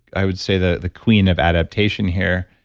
i would say, the the queen of adaptation here.